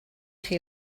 chi